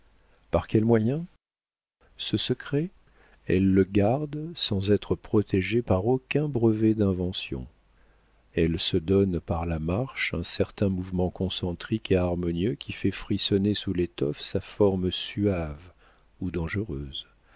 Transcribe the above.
par quel moyen ce secret elle le garde sans être protégée par aucun brevet d'invention elle se donne par la marche un certain mouvement concentrique et harmonieux qui fait frissonner sous l'étoffe sa forme suave ou dangereuse